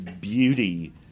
beauty